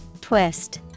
Twist